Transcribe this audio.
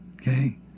okay